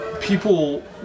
People